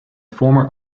former